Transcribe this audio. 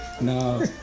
No